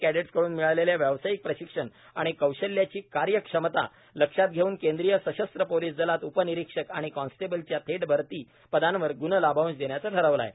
कॅडेट्सकडून मिळालेल्या व्यावसायिक प्रशिक्षण आणि कौशल्याची कार्यक्षमता लक्षात घेऊन केंद्रीय सशस्त्र पोलिस दलात उपनिरीक्षक आणि कॉन्स्टेबल्सच्या थेट भरती पदांवर गुण लाभांश देण्याचे ठरविले आहे